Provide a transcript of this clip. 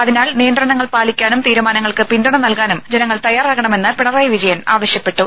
അതിനാൽ നിയന്ത്രണങ്ങൾ പാലിക്കാനും തീരുമാനങ്ങൾക്ക് പിന്തുണ നൽകാനും ജനങ്ങൾ തയ്യാറാകണമെന്ന് പിണറായി വിജയൻ ആവശ്യപ്പെട്ടു